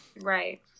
Right